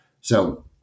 So-